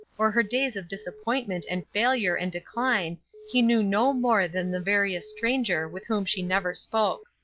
or her days of disappointment and failure and decline he knew no more than the veriest stranger with whom she never spoke.